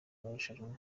marushanwa